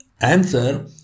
answer